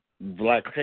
black